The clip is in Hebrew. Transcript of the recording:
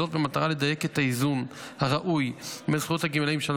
במטרה לדייק את האיזון הראוי בין זכויות הגמלאים שאנו